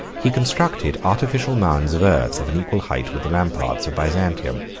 he constructed artificial mounds of earth of an equal height with the ramparts of byzantium.